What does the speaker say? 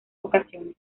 ocasiones